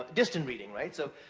distant reading, right? so,